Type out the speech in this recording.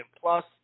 plus